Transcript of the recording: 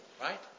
right